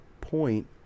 point